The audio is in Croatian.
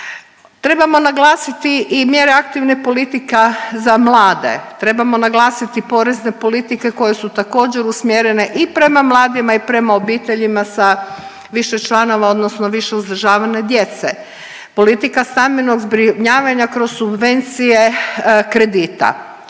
Trebamo naglasiti i mjere aktivna politike za mlade, trebamo naglasiti porezne politike koje su također usmjerene i prema mladima i prema obiteljima sa više članova odnosno više uzdržavane djece, politika stambenog zbrinjavanja kroz subvencije kredita,